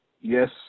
Yes